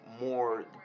more